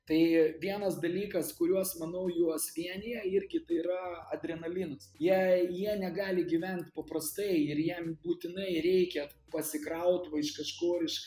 tai vienas dalykas kuriuos manau juos vienija irgi tai yra adrenalinas jei jie negali gyvent paprastai ir jiem būtinai reikia pasikraut va iš kažkur iš